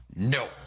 No